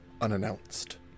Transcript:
unannounced